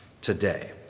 today